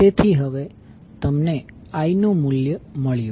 તેથી હવે તમને I નું મૂલ્ય મળ્યું